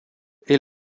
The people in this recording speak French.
est